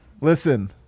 Listen